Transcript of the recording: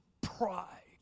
pride